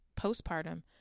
postpartum